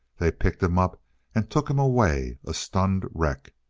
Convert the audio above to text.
they picked him up and took him away, a stunned wreck.